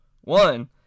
one